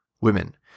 women